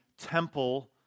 temple